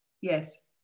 yes